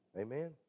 Amen